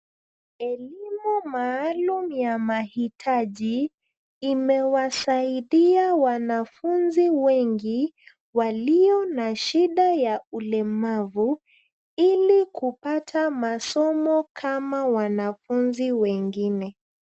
Elimu maalum ya mahitaji imewasaidia wanafunzi wengi walio na shida ya ulemavu ili kupata masomo kama wanafunzi wengine.